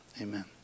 amen